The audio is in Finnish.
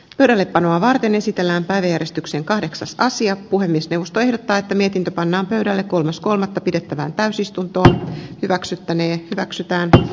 verollepanoa varten esitelläänpäeristyksen kahdeksasta asia puhemiesneuvosto ehdottaa että mietintö pannaan pöydälle kolmas kolmatta pidettävään täysistuntoa hyväksyttäneen hyväksytään